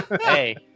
Hey